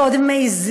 ועוד הם מעזים,